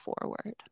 forward